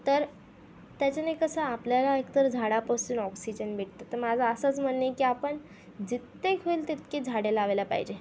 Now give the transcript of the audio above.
तर त्याच्यानी कसं आपल्याला एकतर झाडापासून ऑक्सिजन भेटतो तर माझं असंच म्हणणं आहे की आपण जितके होईल तितके झाडे लावायला पाहिजे